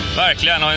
Verkligen